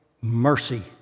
mercy